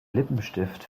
lippenstift